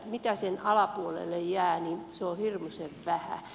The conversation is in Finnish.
mitä sen alapuolelle jää niin se on hirmuisen vähän